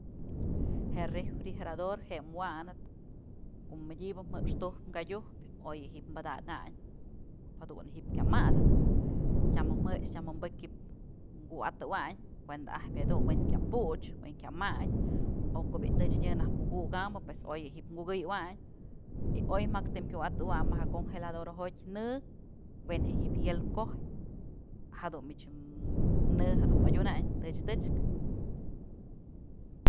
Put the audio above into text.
Je'e refrijerador je'e wanëp ko'o mëdyëbë jextujpyë kadyujpyë oy je'e di'ib padakayn jadun yëdun ji'ib kyan madëp tyam jë'ëx tyam ji'im bëkyëp ji'ib kuwa'atawayn kuëda'ajpyë jedun we'en kya puch we'en kya matyë o ko'o bi'i tëch nyë najk dun muk ukambë pues oy du'u ji'ib kukëyëwayn y oy mjëktëm kuwë'atëwayn më je'e congeladorë jotyë në we'en je'e ji'in hielo kojyë jadun mich në jedun adyunayn tëch tëchkë.